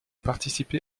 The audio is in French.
participé